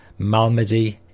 Malmedy